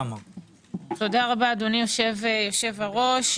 תודה רבה, אדוני יושב הראש.